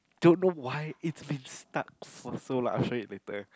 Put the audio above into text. don't know why it's been stuck for so like I'll show it later